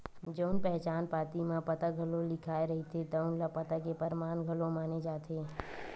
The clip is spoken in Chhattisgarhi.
जउन पहचान पाती म पता घलो लिखाए रहिथे तउन ल पता के परमान घलो माने जाथे